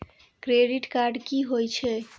Credit card की होय छै?